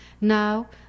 Now